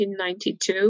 1992